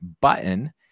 button